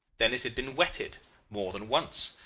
then it had been wetted more than once.